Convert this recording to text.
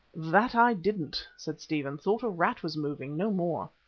that i didn't, said stephen thought a rat was moving, no more.